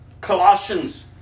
Colossians